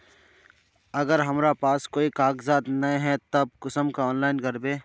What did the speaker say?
अगर हमरा पास कोई कागजात नय है तब हम कुंसम ऑनलाइन करबे?